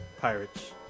Pirates